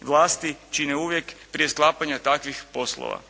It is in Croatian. vlasti čine uvijek prije sklapanja takvih poslova.